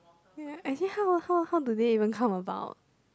ya I see how how how do they even come about